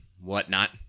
whatnot